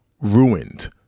ruined